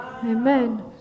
amen